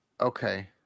Okay